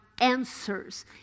answers